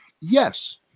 yes